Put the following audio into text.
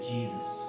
Jesus